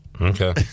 Okay